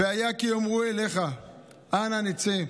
"והיה כי יאמרו אליך אנה נצא,